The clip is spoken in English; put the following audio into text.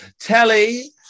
telly